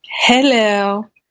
Hello